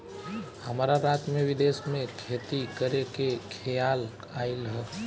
हमरा रात में विदेश में खेती करे के खेआल आइल ह